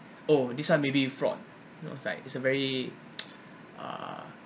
oh this one maybe fraud no it's like it's a very uh